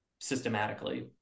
systematically